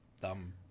Dumb